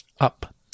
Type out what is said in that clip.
Up